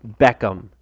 Beckham